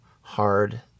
hard